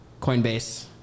Coinbase